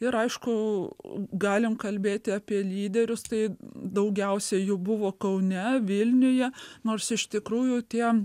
ir aišku galim kalbėti apie lyderius tai daugiausiai jų buvo kaune vilniuje nors iš tikrųjų tie